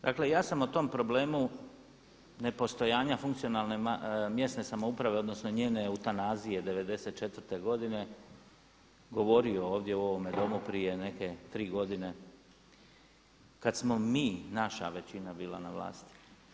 Dakle ja sam o tom problemu nepostojanja funkcionalne mjesne samouprave, odnosno njene eutanazije '94. govorio ovdje u ovome Domu prije neke 3 godine, kada smo mi, naša većina bila na vlasti.